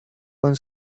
con